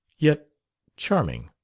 yet charming.